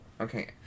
Okay